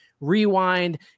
rewind